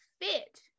fit